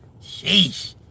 Sheesh